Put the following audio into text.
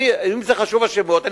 אם חשובים השמות,